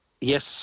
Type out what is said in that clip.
Yes